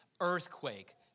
earthquake